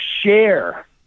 share